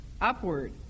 upward